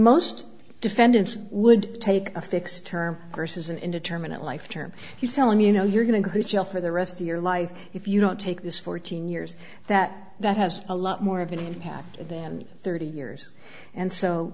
most defendants would take a fixed term versus an indeterminate life term he's telling you know you're going to go to jail for the rest of your life if you don't take this fourteen years that that has a lot more of an impact than thirty years and so